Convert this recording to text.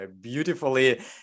beautifully